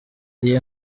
iyi